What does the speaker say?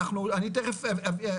אני תכף אביא,